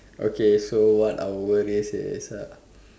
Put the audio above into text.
okay so what our worries is uh